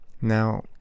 Now